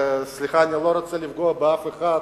סליחה, אני לא רוצה לפגוע באף אחד,